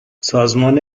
سازمان